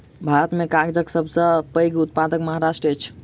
भारत में कागजक सब सॅ पैघ उत्पादक महाराष्ट्र अछि